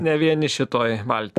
ne vieni šitoj valty